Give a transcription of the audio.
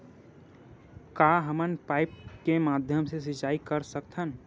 का हमन पाइप के माध्यम से सिंचाई कर सकथन?